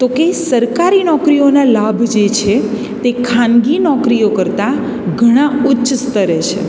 તો કહે સરકારી નોકરીઓના લાભ જે છે તે ખાનગી નોકરીઓ કરતાં ઘણાં ઉચ્ચ સ્તરે છે